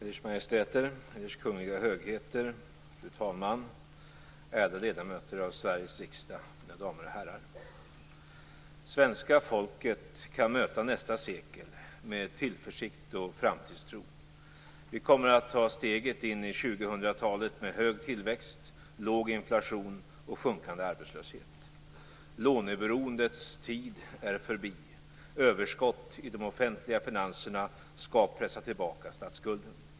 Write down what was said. Eders Majestäter, Eders Kungliga Högheter, fru talman, ärade ledamöter av Sveriges riksdag, mina damer och herrar! Svenska folket kan möta nästa sekel med tillförsikt och framtidstro. Vi kommer att ta steget in i 2000-talet med hög tillväxt, låg inflation och sjunkande arbetslöshet. Låneberoendets tid är förbi. Överskott i de offentliga finanserna skall pressa tillbaka statsskulden.